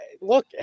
look